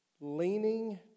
Leaning